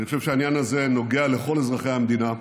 אני חושב שהעניין הזה נוגע לכל אזרחי המדינה,